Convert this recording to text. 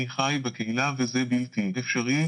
אני חי בקהילה וזה בלתי אפשרי,